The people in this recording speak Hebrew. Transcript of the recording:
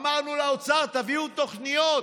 אמרנו לאוצר, תביאו תוכניות.